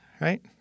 right